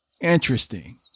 Interesting